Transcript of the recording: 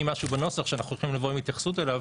משהו בנוסח שאנחנו הולכים לבוא עם התייחסות אליו